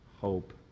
hope